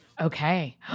Okay